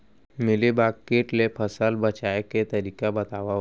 Mealybug किट ले फसल बचाए के तरीका बतावव?